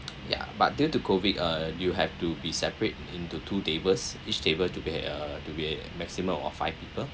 ya but due to COVID uh you have to be separate into two tables each table to bear uh to bear maximum of five